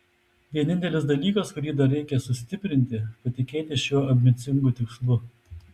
vienintelis dalykas kurį dar reikia sustiprinti patikėti šiuo ambicingu tikslu